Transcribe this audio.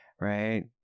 Right